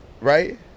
right